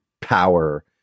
power